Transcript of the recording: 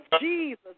Jesus